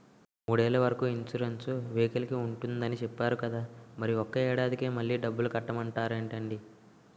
మూడేళ్ల వరకు ఇన్సురెన్సు వెహికల్కి ఉంటుందని చెప్పేరు కదా మరి ఒక్క ఏడాదికే మళ్ళి డబ్బులు కట్టమంటారేంటండీ?